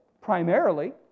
primarily